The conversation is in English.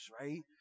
right